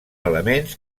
elements